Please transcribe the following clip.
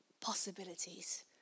possibilities